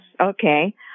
Okay